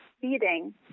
feeding